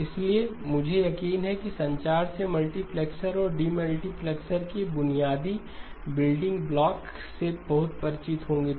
इसलिए मुझे यकीन है कि संचार से मल्टीप्लेक्सर और डीमल्टीप्लेक्सर के बुनियादी बिल्डिंग ब्लॉक से बहुत परिचित हैं